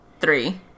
three